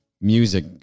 music